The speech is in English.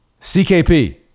CKP